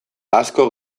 asko